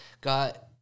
got